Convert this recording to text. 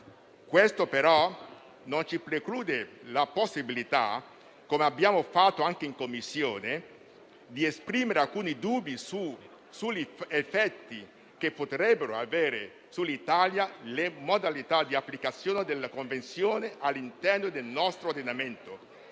Questo però non ci preclude la possibilità, come abbiamo fatto anche in Commissione, di esprimere alcuni dubbi sugli effetti che potrebbero avere sull'Italia le modalità di applicazione della Convenzione all'interno del nostro ordinamento,